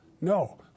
No